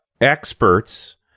experts